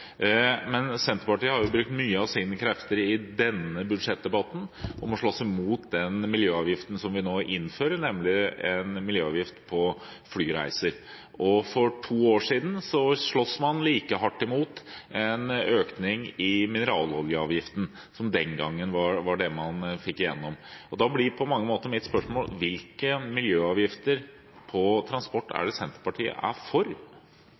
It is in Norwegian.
den miljøavgiften som vi nå innfører, nemlig en miljøavgift på flyreiser. For to år siden sloss man like hardt mot en økning i mineraloljeavgiften, som den gangen var det man fikk gjennom. Da blir mitt spørsmål: Hvilke miljøavgifter på transport er Senterpartiet for? Først må jeg si at jeg setter pris på representantens kommentar når det gjelder kulturminnearbeidet, og det er min oppfatning at vi snart må komme oss videre, for